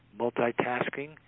Multitasking